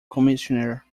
commissaire